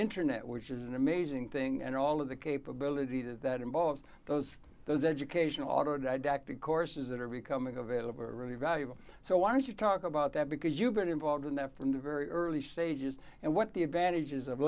internet which is an amazing thing and all of the capability to that involves those those education autodidactic courses that are becoming available are really valuable so why don't you talk about that because you've been involved in that from the very early stages and what the advantages of